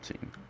team